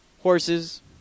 Horses